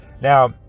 Now